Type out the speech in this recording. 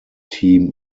team